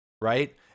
Right